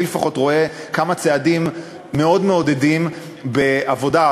אני לפחות רואה כמה צעדים מאוד מעודדים בעבודה,